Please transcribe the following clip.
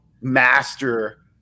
master